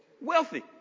Wealthy